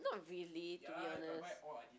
not really to be honest